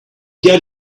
get